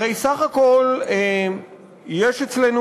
הרי סך הכול יש אצלנו,